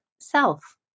self